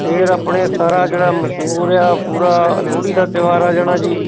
ਫਿਰ ਆਪਣੇ ਸਾਰਾ ਜਿਹੜਾ ਮਸ਼ਹੂਰ ਆ ਪੂਰਾ ਲੋਹੜੀ ਦਾ ਤਿਉਹਾਰ ਆ ਜਾਣਾ ਜੀ